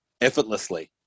effortlessly